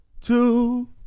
two